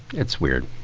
it's weird,